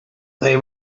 they